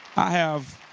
i have